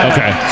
Okay